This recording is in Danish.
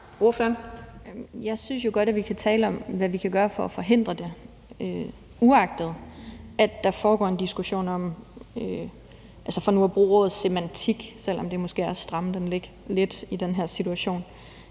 Jeg synes jo godt, at vi kan tale om, hvad vi kan gøre for at forhindre det, uagtet at der foregår en diskussion om, nu vil jeg bruge ordet semantik, selv om det måske er at stramme den lidt i den her situation.